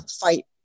fight